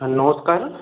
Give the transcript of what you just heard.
হ্যাঁ নমস্কার